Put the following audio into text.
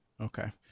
Okay